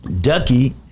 Ducky